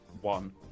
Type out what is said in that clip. one